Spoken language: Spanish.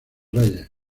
reyes